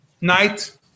night